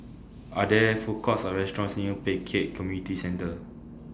Are There Food Courts Or restaurants near Pek Kio Community Centre